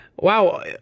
Wow